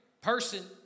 person